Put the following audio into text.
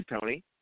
tony